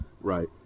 Right